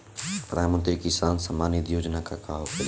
प्रधानमंत्री किसान सम्मान निधि योजना का होखेला?